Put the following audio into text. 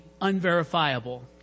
unverifiable